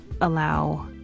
allow